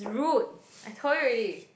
rude I told you already